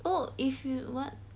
oh if you want